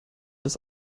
des